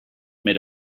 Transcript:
made